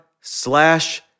slash